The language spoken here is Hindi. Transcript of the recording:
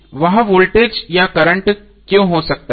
वह वोल्टेज या करंट क्यों हो सकता है